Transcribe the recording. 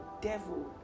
devil